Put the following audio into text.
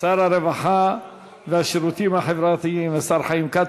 הרווחה והשירותים החברתיים, השר חיים כץ.